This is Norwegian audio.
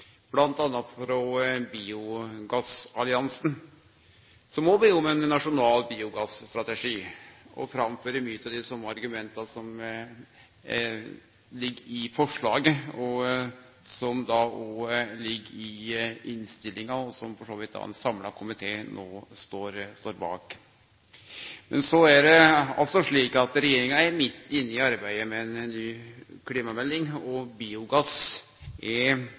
om ein nasjonal biogasstrategi, og som framfører mange av dei same argumenta som ligg i forslaget, som også ligg i innstillinga, og som for så vidt ein samla komité no står bak. Men så er det altså slik at regjeringa er midt inne i arbeidet med ei ny klimamelding, og biogass er